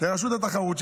לרשות התחרות,